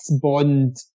Bond